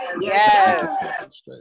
yes